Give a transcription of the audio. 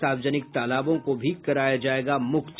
सार्वजनिक तालाबों को भी कराया जायेगा मुक्त